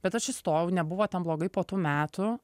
bet aš įstojau nebuvo ten blogai po tų metų